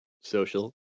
social